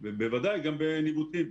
וכמובן גם בניווטים.